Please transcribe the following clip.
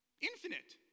infinite